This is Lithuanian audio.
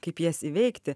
kaip jas įveikti